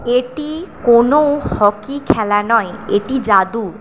এটি কোনো হকি খেলা নয় এটি জাদু